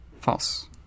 false